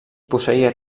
posseïa